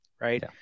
right